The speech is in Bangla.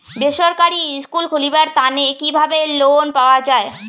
বেসরকারি স্কুল খুলিবার তানে কিভাবে লোন পাওয়া যায়?